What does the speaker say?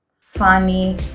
funny